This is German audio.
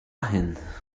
hin